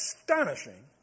astonishing